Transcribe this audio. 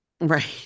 Right